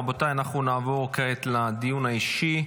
רבותיי, אנחנו נעבור כעת לדיון האישי.